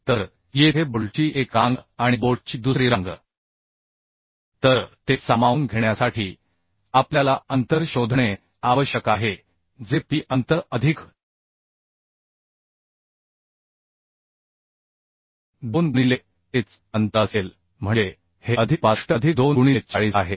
तर येथे बोल्टची एक रांग आणि बोल्टची दुसरी रांग तर ते सामावून घेण्यासाठी आपल्याला अंतर शोधणे आवश्यक आहे जे p अंतर अधिक 2 गुणिले h अंतर असेल म्हणजे हे अधिक 65 अधिक 2 गुणिले 40 आहे